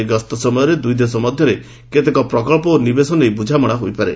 ଏହି ଗସ୍ତ ସମୟରେ ଦୁଇଦେଶ ମଧ୍ୟରେ କେତେକ ପ୍ରକଳ୍ପ ଓ ନିବେଶ ନେଇ ବୁଝାମଣା ହୋଇପାରେ